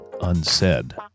unsaid